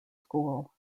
school